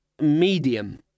medium